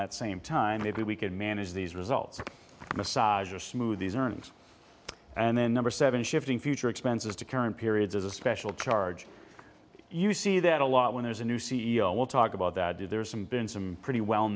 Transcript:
that same time maybe we can manage these results massager smoothies earnings and then number seven shifting future expenses to current periods is a special card you see that a lot when there's a new c e o we'll talk about that if there's some been some pretty well